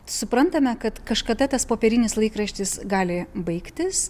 suprantame kad kažkada tas popierinis laikraštis gali baigtis